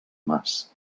mas